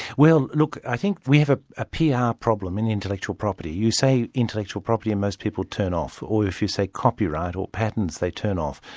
well look, i think we have a ah pr yeah problem in intellectual property. you say intellectual property and most people turn off. or if you say copyright or patents, they turn off.